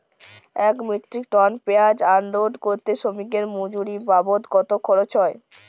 এক metric ton পেঁয়াজ unload করতে শ্রমিকের মজুরি বাবদ কত খরচ হয়?